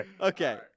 Okay